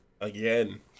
again